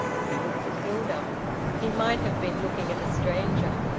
he looked at hilda he might have been looking at a stranger.